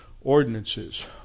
ordinances